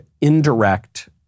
indirect